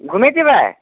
घुमे जयबै